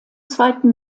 zweiten